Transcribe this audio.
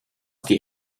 die